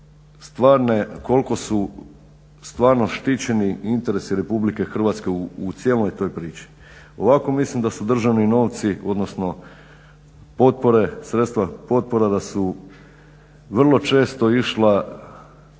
stvarno štićeni interesi Republike Hrvatske u cijeloj toj priči. Ovako mislim da su državni novci, odnosno potpore, sredstva potpora da su vrlo često išla,